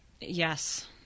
Yes